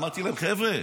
אמרתי להם: חבר'ה,